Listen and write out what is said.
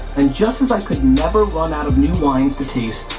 and just as i could never run out of new wines to taste,